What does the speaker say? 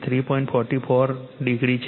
44o છે